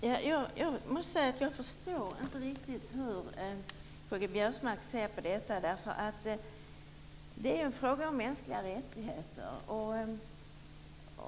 Fru talman! Jag måste säga att jag inte riktigt förstår hur K-G Biörsmark ser på detta. Det är ju en fråga om mänskliga rättigheter.